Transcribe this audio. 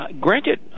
granted